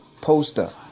poster